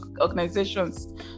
organizations